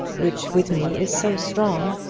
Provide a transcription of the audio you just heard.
which with me is so strong,